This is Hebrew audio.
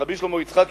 רבי שלמה יצחקי,